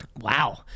Wow